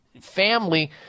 family